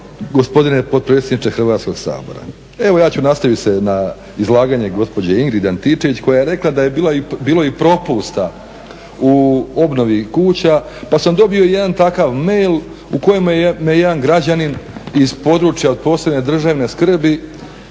gospodine potpredsjedniče Hrvatskog sabora. Evo ja ću nastaviti na izlaganje gospođe Ingrid Antičević koja je rekla da je bilo i propusta u obnovi kuća, pa sam dobio jedan takav mail u kome me jedan građanin iz područja od posebne državne skrbi